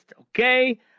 okay